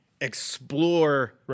explore